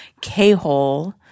K-Hole